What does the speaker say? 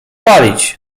palić